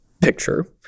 picture